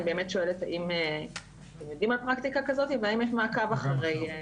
אני באמת שואלת אם אתם יודעים על פרקטיקה כזאת ואם יש מעקב אחרי זה,